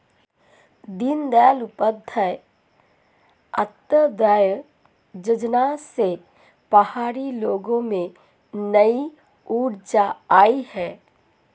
दीनदयाल उपाध्याय अंत्योदय योजना से पहाड़ी लोगों में नई ऊर्जा आई है